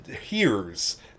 hears